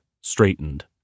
straightened